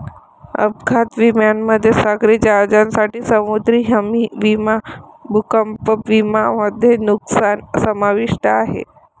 अपघात विम्यामध्ये सागरी जहाजांसाठी समुद्री हमी विमा भूकंप विमा मध्ये नुकसान समाविष्ट आहे